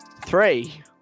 three